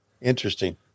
Interesting